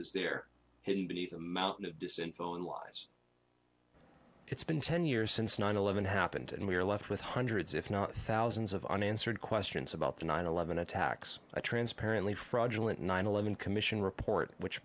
is there hidden beneath a mountain of disinfo own lies it's been ten years since nine eleven happened and we are left with hundreds if not thousands of unanswered questions about the nine eleven attacks a transparently fraudulent nine eleven commission report which